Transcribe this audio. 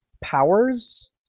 powers